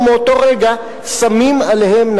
ומאותו רגע שמים עליהם,